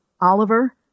Oliver